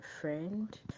friend